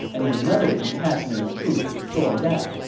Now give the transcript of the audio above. and another detachment of troops stormed out.